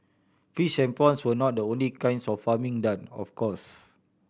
fish and prawns were not the only kinds of farming done of course